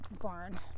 barn